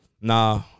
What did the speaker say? Nah